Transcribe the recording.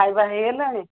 ଖାଇବା ହେଇଗଲାଣି